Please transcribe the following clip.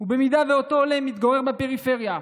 ואם אותו עולה מתגורר בפריפריה,